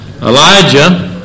Elijah